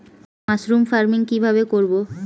Mushroom farming কি ভাবে করব?